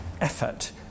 effort